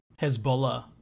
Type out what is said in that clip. Hezbollah